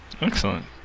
Excellent